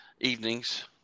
evenings